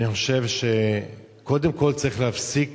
אני חושב שקודם כול צריך להפסיק